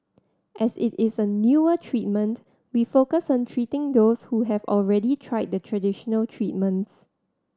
as it is a newer treatment we focus on treating those who have already tried the traditional treatments